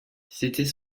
c’était